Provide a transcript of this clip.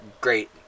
Great